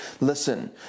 listen